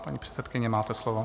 Paní předsedkyně, máte slovo.